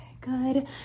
good